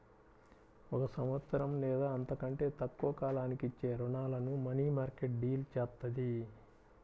ఒక సంవత్సరం లేదా అంతకంటే తక్కువ కాలానికి ఇచ్చే రుణాలను మనీమార్కెట్ డీల్ చేత్తది